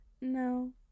No